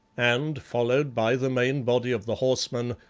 and, followed by the main body of the horsemen,